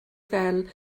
fel